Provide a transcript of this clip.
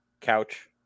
Couch